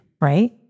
Right